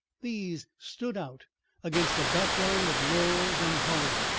these stood out against a background of laurels and holly,